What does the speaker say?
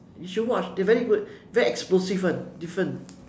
you should watch they're very good very explosive [one] different